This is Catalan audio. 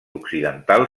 occidental